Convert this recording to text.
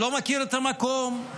לא מכיר את המקום,